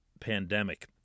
pandemic